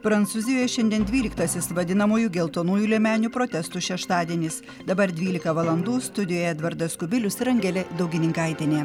prancūzijoje šiandien dvyliktasis vadinamųjų geltonųjų liemenių protestų šeštadienis dabar dvylika valandų studijoje edvardas kubilius ir angelė daugininkaitienė